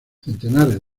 centenares